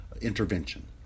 intervention